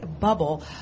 bubble